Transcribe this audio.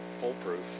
foolproof